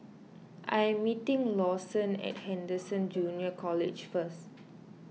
I am meeting Lawson at Anderson Junior College first